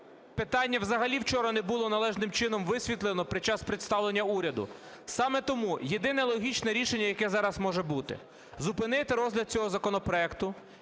питання взагалі вчора не було належним чином висвітлено під час представлення уряду. Саме тому єдине логічне рішення, яке зараз може бути: зупинити розгляд цього законопроекту,